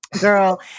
Girl